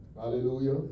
Hallelujah